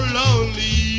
lonely